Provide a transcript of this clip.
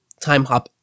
TimeHop